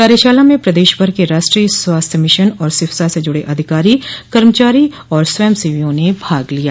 कार्यशाला में प्रदेश भर के राष्ट्रीय स्वास्थ्य मिशन और सिफ्सा से जुड़े अधिकारी कर्मचारी और स्वयंसेवी ने भाग लिया